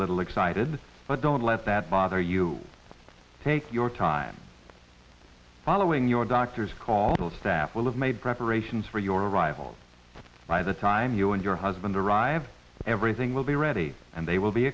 little excited but don't let that bother you take your time following your doctor's call the staff will have made preparations for your arrival by the time you and your husband arrive everything will be ready and they will be